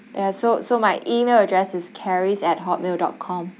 ya so so my email address is charis at hot mail dot com